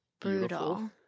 brutal